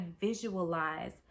visualize